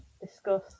discuss